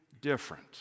different